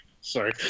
Sorry